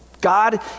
God